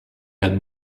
had